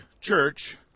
Church